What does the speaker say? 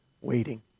Waiting